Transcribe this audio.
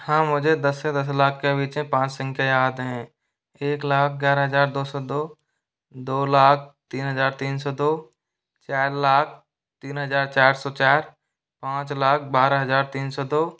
हाँ मुझे दस से दस लाख के पीछे पाँच संख्या याद हैं एक लाख ग्यारह हजार दो सौ दो दो लाख तीन हजार तीन सौ दो चार लाख तीन हजार चार सौ चार पाँच लाख बारह हजार तीन सौ दो